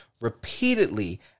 repeatedly